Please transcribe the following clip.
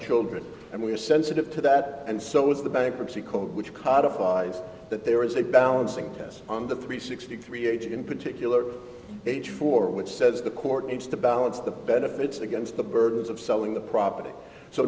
children and we are sensitive to that and so is the bankruptcy code which codified that there is a balancing test on the three sixty three age in particular age four which says the court needs to balance the benefits against the burdens of selling the property so